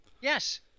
Yes